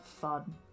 fun